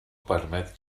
permet